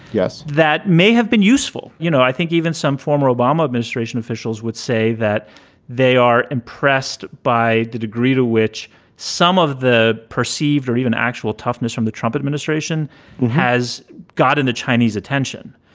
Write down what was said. yes, that may have been useful. you know, i think even some former obama administration officials would say that they are impressed by the degree to which some of the perceived or even actual toughness from the trump administration has gotten the chinese attention.